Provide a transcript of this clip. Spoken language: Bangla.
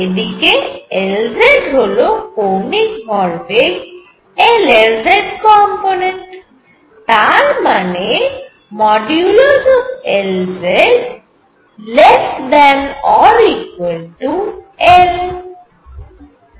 এদিকে Lzহল কৌণিক ভরবেগ L এর z কম্পোনেন্ট তার মানে হল Lz ≤ L